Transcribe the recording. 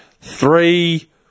three